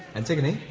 antigone?